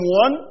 one